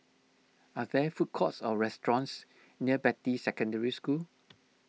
are there food courts or restaurants near Beatty Secondary School